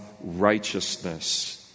righteousness